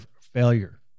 failure